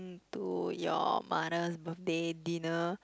to your mother's birthday dinner